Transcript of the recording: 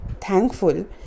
thankful